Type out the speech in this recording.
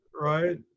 right